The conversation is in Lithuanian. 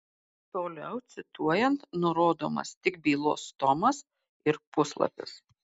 toliau cituojant nurodomas tik bylos tomas ir puslapis